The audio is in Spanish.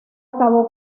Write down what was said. acabó